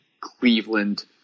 Cleveland